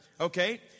okay